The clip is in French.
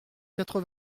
quatre